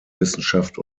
wissenschaft